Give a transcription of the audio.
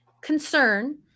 concern